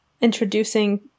introducing